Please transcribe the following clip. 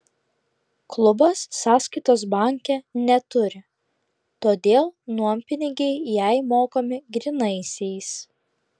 klubas sąskaitos banke neturi todėl nuompinigiai jai mokami grynaisiais